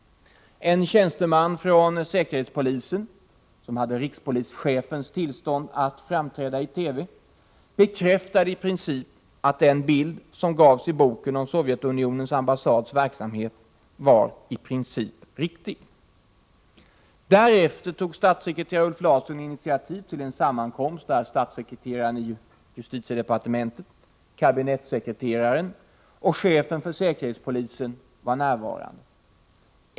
En tjänsteman från säkerhetspolisen — som hade rikspolischefens tillstånd att framträda i TV — bekräftade att den bild som gavs i boken om Sovjetunionens ambassads verksamhet var i princip riktig. Därefter tog statssekreterare Ulf Larsson initiativ till en sammankomst, där statssekreteraren i justitiedepartementet, kabinettssekreteraren och chefen för säkerhetspolisen var närvarande.